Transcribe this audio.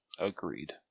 Agreed